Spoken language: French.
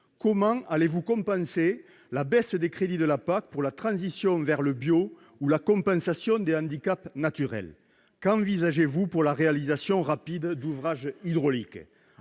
Comment allez-vous compenser la baisse des crédits de la politique agricole commune pour la transition vers le bio, ou pour la compensation des handicaps naturels ? Qu'envisagez-vous de faire pour la réalisation rapide d'ouvrages hydrauliques ?